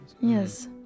Yes